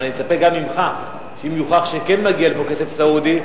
אבל אני מצפה גם ממך שאם יוכח שכן מגיע לפה כסף סעודי,